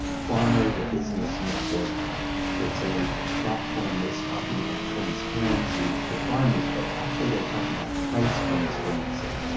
farmer to business network that is a platform that is talking about transparency for farmers. but actually they are talking about price transparency.